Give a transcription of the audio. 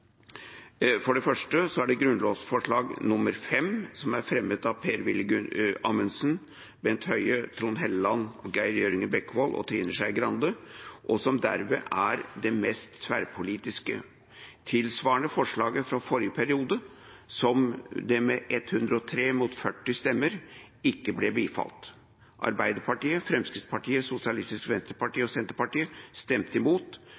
For det første er det grunnlovsforslag 5, som er fremmet av Per-Willy Amundsen, Bent Høie, Trond Helleland, Geir Jørgen Bekkevold og Trine Skei Grande, og som derved er det mest tverrpolitiske. Det tilsvarer forslaget fra forrige periode som med 103 mot 40 stemmer ikke ble bifalt. Arbeiderpartiet, Fremskrittspartiet, Sosialistisk Venstreparti og Senterpartiet stemte imot,